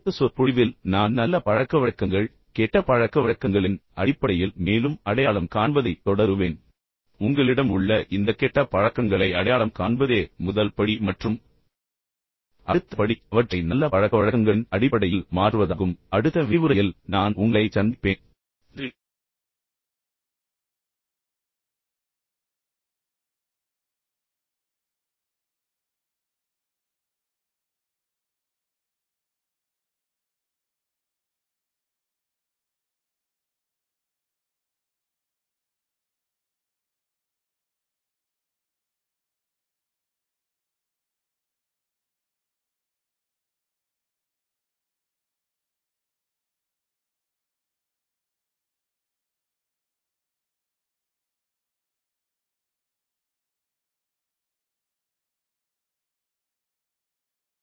அடுத்த சொற்பொழிவில் நான் நல்ல பழக்கவழக்கங்கள் மற்றும் கெட்ட பழக்கவழக்கங்களின் அடிப்படையில் மேலும் அடையாளம் காண்பதைத் தொடருவேன் உங்களிடம் உள்ள இந்த கெட்ட பழக்கங்களை அடையாளம் காண்பதே முதல் படி மற்றும் அடுத்த படி அவற்றை நல்ல பழக்கவழக்கங்களின் அடிப்படையில் மாற்றுவதாகும் எனவே அதைப் பற்றி சிந்தியுங்கள் அடுத்த விரிவுரையில் நான் உங்களைச் சந்திப்பேன் நன்றி